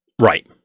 Right